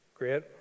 great